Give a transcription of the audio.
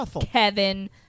Kevin